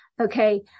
Okay